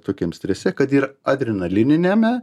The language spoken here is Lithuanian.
tokiam strese kad ir adrenaliniame